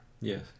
Yes